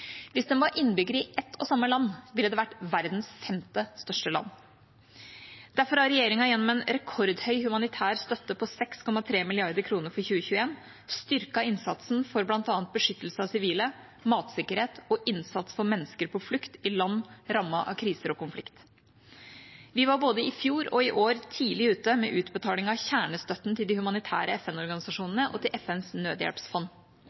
Hvis de var innbyggere i ett og samme land, ville det vært verdens femte største land. Derfor har regjeringen gjennom en rekordstor humanitær støtte på 6,3 mrd. kr for 2021 styrket innsatsen for bl.a. beskyttelse av sivile, matsikkerhet og innsats for mennesker på flukt i land rammet av kriser og konflikt. Vi var både i fjor og i år tidlig ute med utbetaling av kjernestøtten til de humanitære FN-organisasjonene og til FNs nødhjelpsfond.